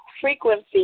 frequency